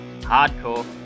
hardcore